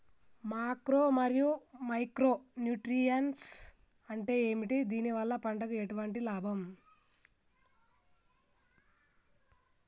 Macro మరియు micro nutrients అంటే ఏమిటి? దీనివల్ల పంటకు ఎటువంటి లాభం?